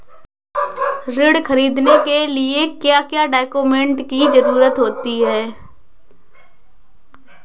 ऋण ख़रीदने के लिए क्या क्या डॉक्यूमेंट की ज़रुरत होती है?